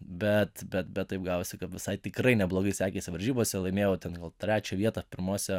bet bet bet taip gavosi kad visai tikrai neblogai sekėsi varžybose laimėjau ten gal trečią vietą pirmuose